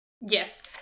Yes